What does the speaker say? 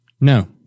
No